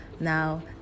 Now